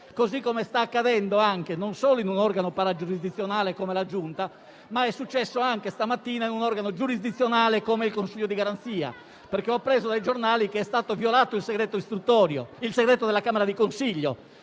così come sta accadendo, non solo in un organo paragiurisdizionale come la Giunta, ma è successo anche stamattina in un organo giurisdizionale, come il Consiglio di garanzia. Ho appreso infatti dai giornali che è stato violato il segreto della camera di consiglio